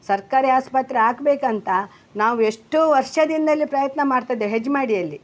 ಸರ್ಕಾರಿ ಆಸ್ಪತ್ರೆ ಆಗಬೇಕಂತ ನಾವು ಎಷ್ಟೋ ವರ್ಷದಿಂದಲೂ ಪ್ರಯತ್ನ ಮಾಡ್ತಿದ್ದೇವೆ ಹೆಜ್ಮಾಡಿಯಲ್ಲಿ